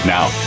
Now